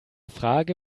frage